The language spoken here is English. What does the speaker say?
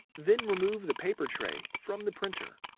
then remove the paper tray from the printer.